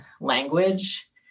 language